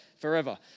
forever